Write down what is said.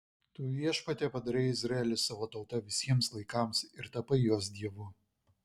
tu viešpatie padarei izraelį savo tauta visiems laikams ir tapai jos dievu